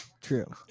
True